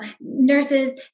nurses